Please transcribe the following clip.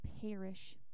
perish